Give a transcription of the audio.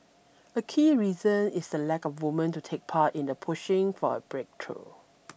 a key reason is the lack of woman to take the lead in pushing for a breakthrough